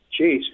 Jeez